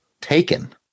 Taken